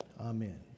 Amen